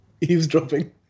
eavesdropping